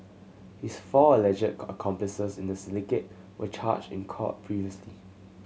his four alleged accomplices in the syndicate were charged in court previously